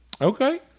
Okay